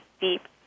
deep